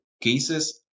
cases